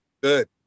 Good